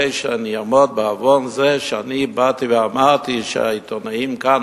שאעמוד לדין בעוון זה שאני באתי ואמרתי שהעיתונאים כאן,